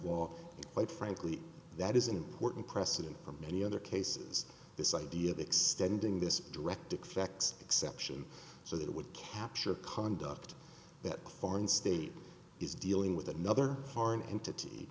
walk quite frankly that is an important precedent for many other cases this idea of extending this directed facts exception so that it would capture conduct that foreign state is dealing with another foreign entity